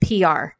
PR